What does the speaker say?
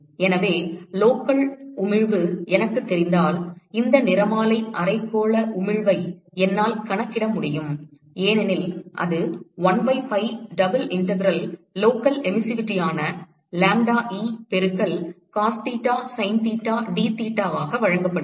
எனவே லோக்கல் உமிழ்வு எனக்கு தெரிந்தால் இந்த நிறமாலை அரைக்கோள உமிழ்வை என்னால் கணக்கிட முடியும் ஏனெனில் அது 1 by pi double integral local எமிசிவிட்டியான லாம்ப்டா E பெருக்கல் cos theta sine theta d தீட்டாவாக வழங்கப்படுகிறது